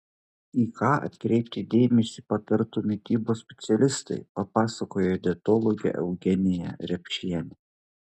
į ką atkreipti dėmesį patartų mitybos specialistai papasakojo dietologė eugenija repšienė